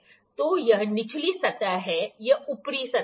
तो यह निचली सतह है यह ऊपरी सतह है